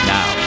Now